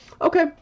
okay